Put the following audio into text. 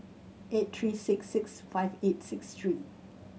eight three six six five eight six three